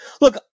Look